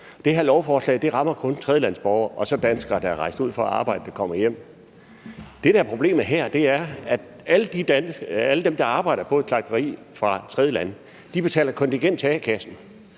Det her lovforslag rammer kun tredjelandsborgere – og så danskere, der er rejst ud for at arbejde og kommer hjem. Det, der er problemet her, er, at alle dem fra tredjelande, der arbejder på et slagteri, betaler kontingent til a-kassen.